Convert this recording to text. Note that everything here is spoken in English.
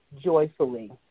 joyfully